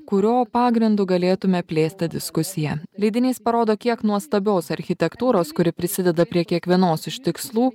kurio pagrindu galėtume plėsti diskusiją leidinys parodo kiek nuostabios architektūros kuri prisideda prie kiekvienos iš tikslų